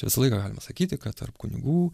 visą laiką galima sakyti kad tarp kunigų